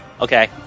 Okay